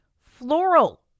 floral